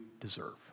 deserve